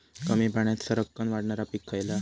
कमी पाण्यात सरक्कन वाढणारा पीक खयला?